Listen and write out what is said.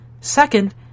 Second